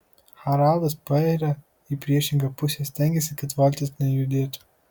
haraldas pairia į priešingą pusę stengiasi kad valtis nejudėtų